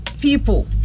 people